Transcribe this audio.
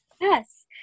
Yes